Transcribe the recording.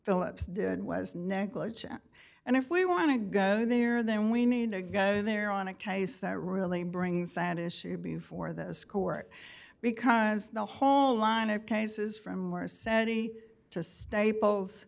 phillips did was negligent and if we want to go there then we need to go there on a case that really brings that issue before this court because the whole line of cases from our set me to staples